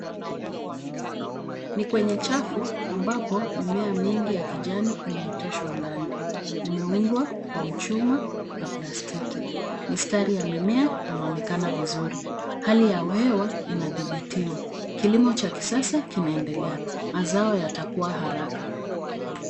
Ni kwenye chafu ambapo mimea mingi ya kijani kibichi imeoteshwa ndani. Imeundwa kwa mchuma na plastiki. Mistari ya mimea inaonekana vizuri. Hali ya hewa inadhibitwa. Kilimo cha kisasa kinaendelea. Mazao yatakua haraka.